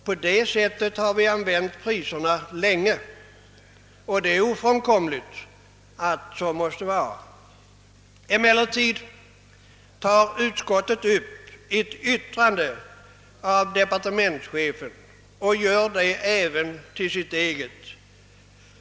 På det sättet har vi också använt priserna länge, och det är ofrånkomligt att så måste vara. Emellertid tar utskottet upp ett yttrande av departementschefen och gör det till sitt eget.